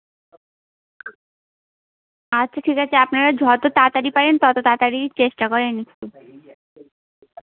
আচ্ছা ঠিক আছে আপনারা যতো তাড়াতাড়ি পারেন তত তাড়াতাড়িই চেষ্টা করেন একটু